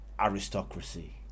aristocracy